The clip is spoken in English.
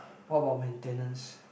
what about maintenance